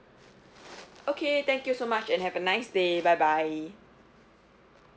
okay thank you so much and have a nice day bye bye